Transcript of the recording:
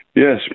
Yes